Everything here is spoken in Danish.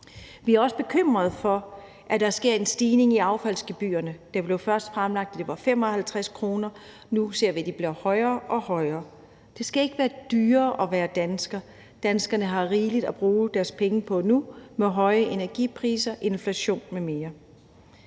Vi er også bekymrede for, at der sker en stigning i affaldsgebyrerne. Det blev først fremlagt, at det var 55 kr., og nu ser vi, at de bliver højere og højere. Det skal ikke være dyrere at være dansker. Danskerne har rigeligt at bruge deres penge på nu med høje energipriser, inflation m.m.